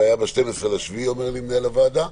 זה היה ב-12 ביולי, אומר לי מנהל הוועדה.